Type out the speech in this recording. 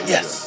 Yes